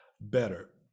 better